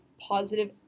positive